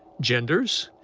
genders,